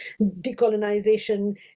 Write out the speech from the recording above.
decolonization